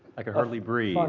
i could hardly breathe.